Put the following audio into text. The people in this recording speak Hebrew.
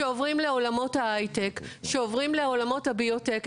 שעוברים לעולמות ההייטק ושעוברים לעולמות הביו-טק,